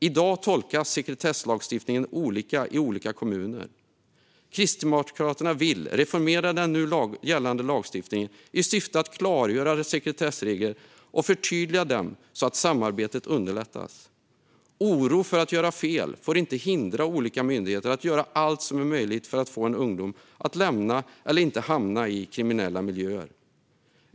I dag tolkas sekretesslagstiftningen olika i olika kommuner. Kristdemokraterna vill reformera den nu gällande lagstiftningen i syfte att klargöra sekretessreglerna och förtydliga dessa så att samarbetet underlättas. Oro för att göra fel får inte hindra olika myndigheter att göra allt som är möjligt för att få en ungdom att lämna eller inte hamna i kriminella miljöer.